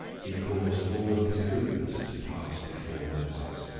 he caused all his goodness to pass before moses,